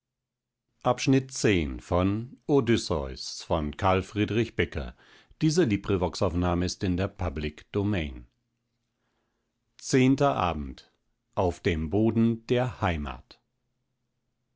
zum schlummer auf dem boden der heimat